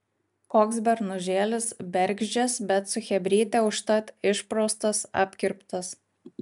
koks bernužėlis bergždžias bet su chebryte užtat išpraustas apkirptas